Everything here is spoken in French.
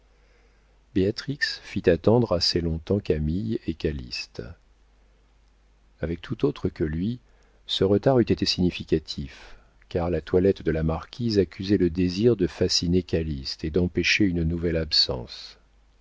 fit attendre assez longtemps camille et calyste avec tout autre que lui ce retard eût été significatif car la toilette de la marquise accusait le désir de fasciner calyste et d'empêcher une nouvelle absence